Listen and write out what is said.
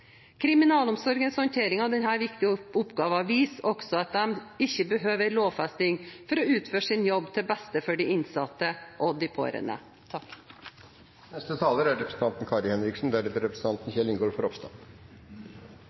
Kriminalomsorgens håndtering av denne viktige oppgaven viser også at de ikke behøver en lovfesting for å utføre sin jobb til beste for de innsatte og de pårørende. Jeg er glad for at det er